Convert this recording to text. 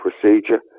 procedure